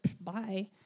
bye